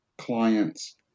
clients